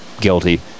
guilty